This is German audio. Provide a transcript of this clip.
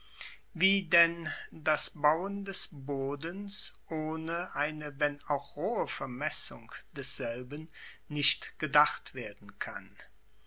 wie denn das bauen des bodens ohne eine wenn auch rohe vermessung desselben nicht gedacht werden kann